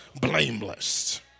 blameless